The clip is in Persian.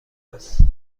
است